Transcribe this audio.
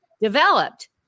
developed